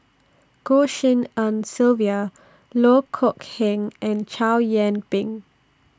Goh Tshin En Sylvia Loh Kok Heng and Chow Yian Ping